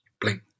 blink